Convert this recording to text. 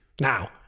Now